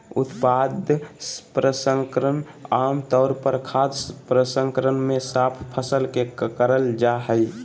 उत्पाद प्रसंस्करण आम तौर पर खाद्य प्रसंस्करण मे साफ फसल के करल जा हई